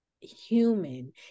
human